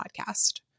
podcast